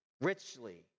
richly